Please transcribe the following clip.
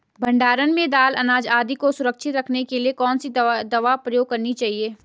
भण्डारण में दाल अनाज आदि को सुरक्षित रखने के लिए कौन सी दवा प्रयोग करनी चाहिए?